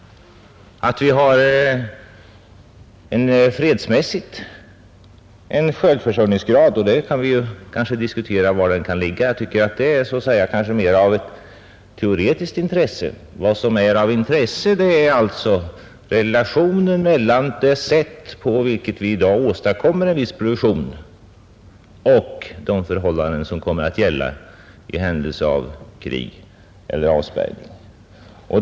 Att vi har en fredsmässigt sett god självförsörjningsgrad, är så att säga mera av teoretiskt intresse — var denna sedan skall ligga kan vi kanske diskutera. Vad som har intresse är relationen mellan det sätt, på vilket vi i dag åstadkommer en viss produktion, och de förhållanden som kommer att gälla i händelse av krig eller avspärrning.